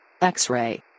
X-Ray